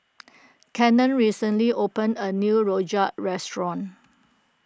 Cannon recently opened a new Rojak restaurant